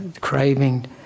craving